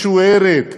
משוערת,